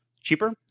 cheaper